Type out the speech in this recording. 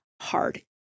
hard